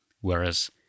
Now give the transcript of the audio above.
Whereas